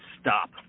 stop